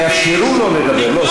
תאפשרו לו לדבר.